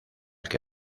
que